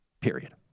Period